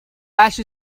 ash